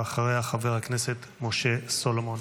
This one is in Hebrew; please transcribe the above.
ואחריה חבר הכנסת משה סולומון.